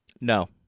No